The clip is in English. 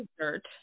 dirt